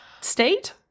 state